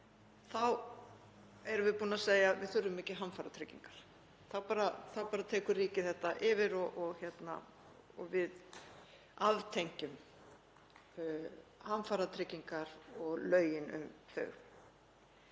þá erum við búin að segja að við þurfum ekki hamfaratryggingar. Þá tekur ríkið þetta bara yfir og við aftengjum hamfaratryggingar og lögin um þær.